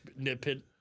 nitpick